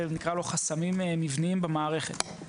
נקרא לו חסמים מבניים במערכת.